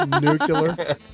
Nuclear